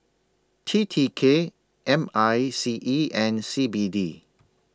T T K M I C E and C B D